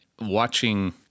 watching